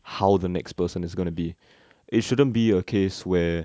how the next person is going to be it shouldn't be a case where